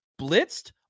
blitzed